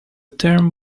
term